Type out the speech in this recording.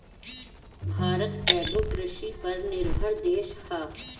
भारत एगो कृषि पर निर्भर देश ह